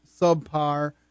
subpar